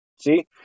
see